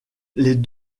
les